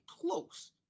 close